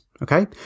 Okay